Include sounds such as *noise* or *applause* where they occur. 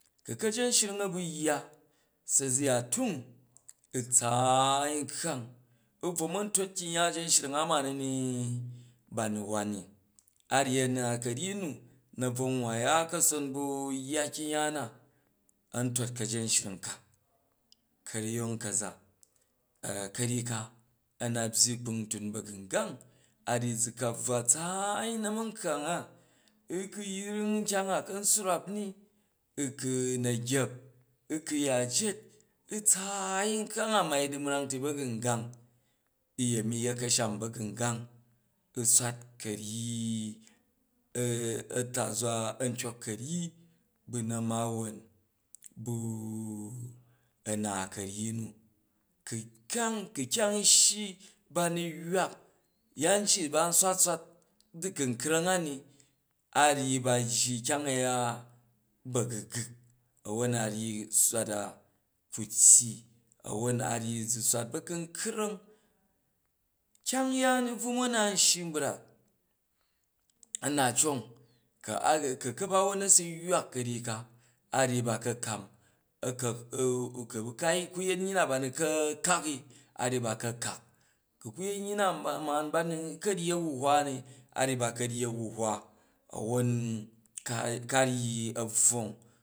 Ku ka̱zanshring a bu yya, se zu ya tung u̱ tsaai nkkang u̱ bvo ma̱n tot kryung ya a̱za̱nshring a ma ni ni ba nu wan ni, a ryyi a̱na ka̱ryyi nu na bvo nwwa ya ka̱son ba yya kyung ye na an tot ka̱yenshring ka, ka̱ryong ka̱za ka̱ryyi ka ana byyi kpung tun ba̱gungang a ryyi za bvwa tsaai na̱ ma̱nkkang a u ku yung nkyang a kan swrap ni ku na ghep u ku ya jet u tsaai nkkang a mai dumrang ti ɓa̱gungang, uyemi yet ka̱sham ba̱gungang u̱ swat ka̱ryyi i *hesitation* aa tazwa antyok ka̱yyi ba̱ na̱mawon baaa a̱na ka̱ryyi na ku, kyong, ku kyang n shyi ba nu yywak yan ji ba nswot swat du̱ ku̱nkrang ani a̱ ryyi ba jji kyang a̱ya ba̱guguk a̱won a ryyi swat da ku tyyi a̱won a ryyi zu swat ba̱kungrang. Kyang yaan u bvu man na shyi brak a na cong *hesitation* ku kabawon a su yywak ka̱ryyi ka a ryyi ba ka kam a ka an *hesitation* ku ku yet nyyi na̱ba nu ka kaki a ryyi ba ka kak, ku wu yet nyyi na ma ba na ka ryyi a̱hahwani a ryyi ba ka ryyi a̱huhwa a̱won ka ryyi a̱ bvwong